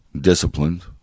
disciplined